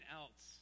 else